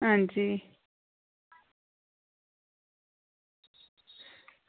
आं जी